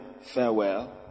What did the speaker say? farewell